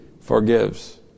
forgives